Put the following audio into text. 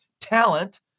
Talent